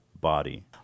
body